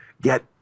get